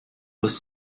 was